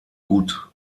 gut